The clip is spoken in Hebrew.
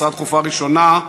הצעה דחופה ראשונה: